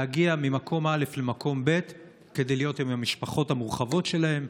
להגיע ממקום א' למקום ב' כדי להיות עם המשפחות המורחבות שלהם,